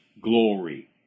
glory